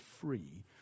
free